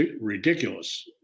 ridiculous